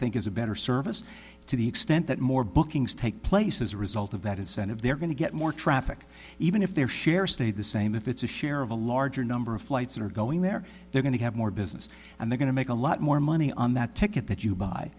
think is a better service to the extent that more bookings take place as a result of that incentive they're going to get more traffic even if their share stayed the same if it's a share of a larger number of flights that are going there they're going to have more business and they going to make a lot more money on that ticket that you buy